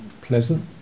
pleasant